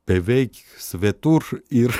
beveik svetur ir